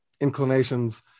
inclinations